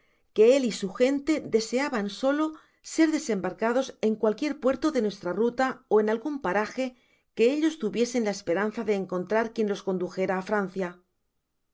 que él y su gente deseaban solo ser desembarcados en cualquier puerto de nuestra rota ó en algun parage qne ellos tuviesen la esperanza de encontrar quien tos condujera á francia mi